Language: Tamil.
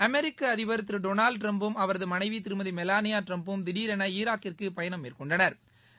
அமெரிக்க அதிபர் திரு டொனால்டு டிரம்பும் அவரது மனைவி திருமதி மெலானியா டிரம்பும் திடீரென ஈராக்கிற்கு பயணம் மேற்கொண்டனா்